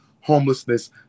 homelessness